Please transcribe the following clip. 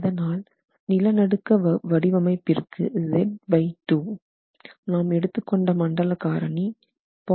அதனால் நிலநடுக்க வடிவமைப்பிற்கு Z2 நாம் எடுத்துக் கொண்ட மண்டல காரணி 0